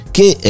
Che